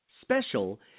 Special